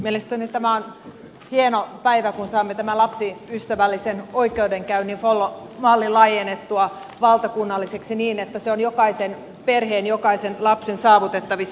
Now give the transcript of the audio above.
mielestäni tämä on hieno päivä kun saamme tämän lapsiystävällisen oikeudenkäynnin follo mallin laajennettua valtakunnalliseksi niin että se on jokaisen perheen jokaisen lapsen saavutettavissa